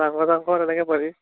মাংস চাংস এনেকৈ বনি